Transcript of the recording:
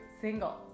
single